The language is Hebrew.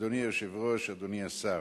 אדוני היושב-ראש, אדוני השר,